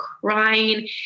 crying